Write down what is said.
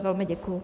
Velmi děkuji.